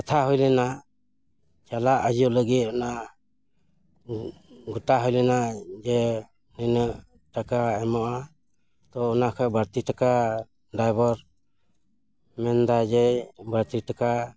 ᱠᱟᱛᱷᱟ ᱦᱩᱭᱞᱮᱱᱟ ᱪᱟᱞᱟᱜ ᱦᱤᱡᱩᱜ ᱞᱟᱹᱜᱤᱫ ᱚᱱᱟ ᱜᱚᱴᱟ ᱦᱩᱭ ᱞᱮᱱᱟ ᱡᱮ ᱱᱤᱱᱟᱹᱜ ᱴᱟᱠᱟ ᱮᱢᱚᱜᱼᱟ ᱛᱚ ᱚᱱᱟ ᱠᱷᱚᱡ ᱵᱟᱹᱲᱛᱤ ᱴᱟᱠᱟ ᱰᱟᱭᱵᱚᱨ ᱢᱮᱱᱮᱫᱟᱭ ᱡᱮ ᱵᱟᱹᱲᱛᱤ ᱴᱟᱠᱟ